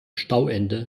stauende